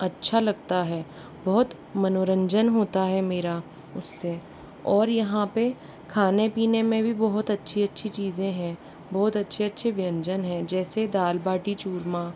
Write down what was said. बहुत अच्छा लगता है बहुत मनोरंजन होता है मेरा उससे और यहाँ पर खाने पीने में भी बहुत अच्छी अच्छी चीज़ें हैं बहुत अच्छे अच्छे व्यंजन हैं जैसे दाल बाटी चूरमा